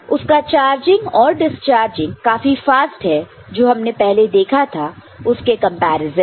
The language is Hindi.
उसका चार्जिंग और डिसचार्जिंग काफी फास्ट है जो हमने पहले देखा था उसके कंपैरिजन में